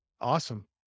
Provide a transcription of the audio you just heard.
Awesome